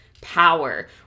power